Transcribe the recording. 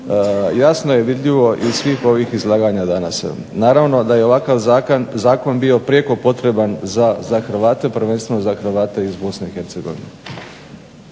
jasno je vidljivo iz svih ovih izlaganja danas. Naravno da je ovakav zakon bio prijeko potreban za Hrvate, prvenstveno za Hrvate iz Bosne i Hercegovine.